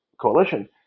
coalition